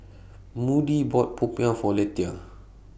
Moody bought Popiah For Lethia